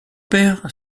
père